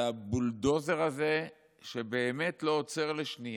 על הבולדוזר הזה שבאמת לא עוצר לשנייה,